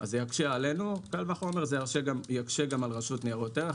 זה יקשה עלינו קל וחומר זה יקשה גם על רשות ניירות ערך,